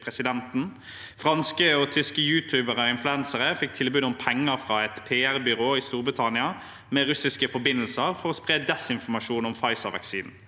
Franske og tyske youtubere og influensere fikk tilbud om penger fra et PR-byrå i Storbritannia med russiske forbindelser for å spre desinformasjon om Pfizer-vaksinen.